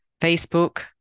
Facebook